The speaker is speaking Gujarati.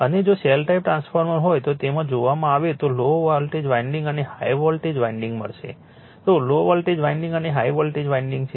અને જો શેલ ટાઈપ ટ્રાન્સફોર્મર હોય તો તેમાં જોવામાં આવે તો લો વોલ્ટેજ વાન્ડિંગ અને હાઈ વોલ્ટેજ વાન્ડિંગ મળશે તો લો વોલ્ટેજ વાન્ડિંગ અને હાઈ વોલ્ટેજ વાન્ડિંગ છે